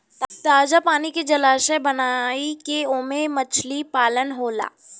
ताजा पानी के जलाशय बनाई के ओमे मछली पालन होला